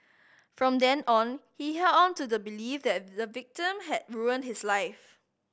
from then on he held on to the belief that the victim had ruined his life